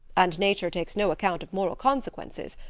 and nature takes no account of moral consequences,